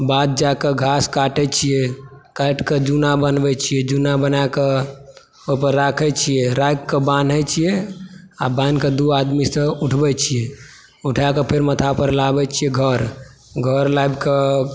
बाध जाकऽ घास काटै छियै काटिकऽ जुना बनबै छी जुना बनाकऽ ओहिपर राखै छियै राखि कऽ बान्है छियै आ बान्हिकऽ दू आदमी सॅं उठबै छी उठाकऽ फेर माथा पर लाबै छी घर घर लाइब कऽ